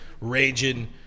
raging